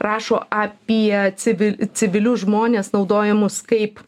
rašo apie civi civilius žmones naudojamus kaip